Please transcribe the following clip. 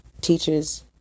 Teachers